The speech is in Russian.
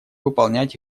выполнять